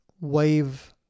wave